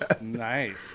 Nice